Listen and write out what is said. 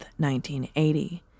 1980